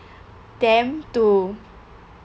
them to